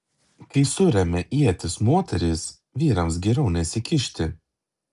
kai suremia ietis moterys vyrams geriau nesikišti